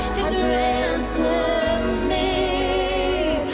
is a